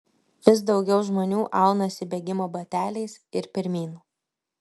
vis daugiau žmonių aunasi bėgimo bateliais ir pirmyn